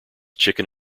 chicken